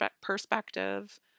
perspective